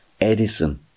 Edison